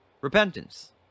repentance